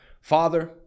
Father